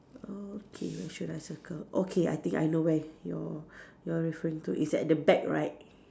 okay where should I circle okay I think I know where you're you're referring to it's at the back right